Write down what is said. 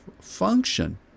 function